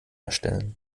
erstellen